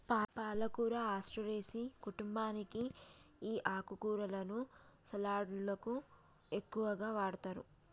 పాలకూర అస్టెరెసి కుంటుంబానికి ఈ ఆకుకూరలను సలడ్లకు ఎక్కువగా వాడతారు